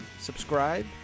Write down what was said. subscribe